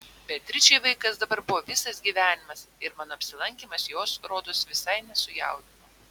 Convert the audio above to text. beatričei vaikas dabar buvo visas gyvenimas ir mano apsilankymas jos rodos visai nesujaudino